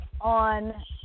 on